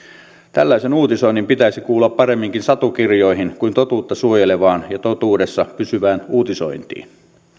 tällaisen uutisoinnin pitäisi kuulua paremminkin satukirjoihin kuin totuutta suojelevaan ja totuudessa pysyvään uutisointiin